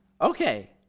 Okay